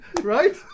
Right